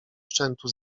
szczętu